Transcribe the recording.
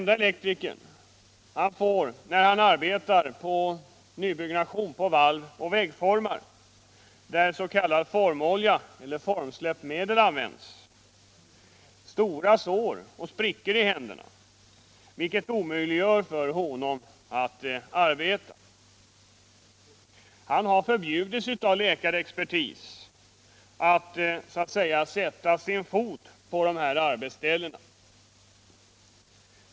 Då han arbetar i nybyggnation på valv och väggformar där s.k. formsläppmedel används får han stora sår och sprickor i händerna, vilket omöjliggör för honom att arbeta. Han har förbjudits av läkarexpertis att ”sätta sin fot” på dessa arbetsplatser.